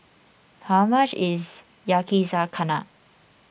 how much is Yakizakana